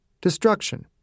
destruction